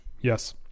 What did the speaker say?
Yes